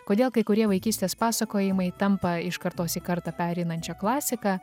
kodėl kai kurie vaikystės pasakojimai tampa iš kartos į kartą pereinančia klasika